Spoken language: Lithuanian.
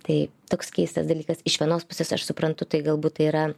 tai toks keistas dalykas iš vienos pusės aš suprantu tai galbūt yra